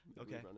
Okay